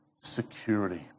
security